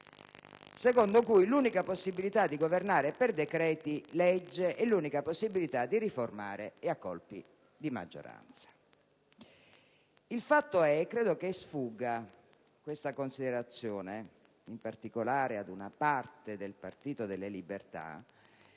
secondo cui l'unica possibilità di governare è per decreti‑legge e l'unica possibilità di riformare è a colpi di maggioranza. Il fatto è che - credo che questa considerazione sfugga in particolare ad una parte del Popolo della Libertà